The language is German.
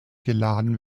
geladen